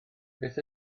beth